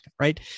right